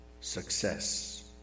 success